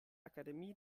akademie